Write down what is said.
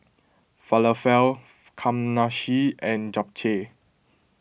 Falafel Kamameshi and Japchae